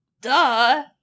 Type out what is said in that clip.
Duh